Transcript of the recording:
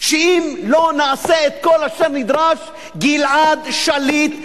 שאם לא נעשה את כל אשר נדרש לשחרור גלעד שליט,